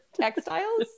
textiles